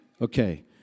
Okay